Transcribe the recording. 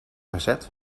gezet